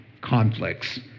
conflicts